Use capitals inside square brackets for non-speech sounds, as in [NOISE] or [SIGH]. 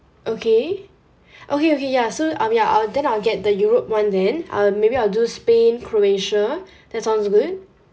okay [BREATH] okay okay ya so um ya I'll then I'll get the europe one then uh maybe I'll do spain croatia [BREATH] that sounds good